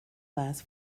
last